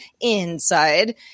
inside